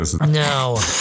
No